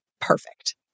perfect